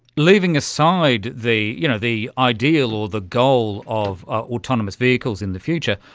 leaving aside the you know the ideal or the goal of autonomous vehicles in the future,